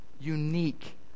unique